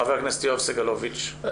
ח"כ יואב סגלוביץ'.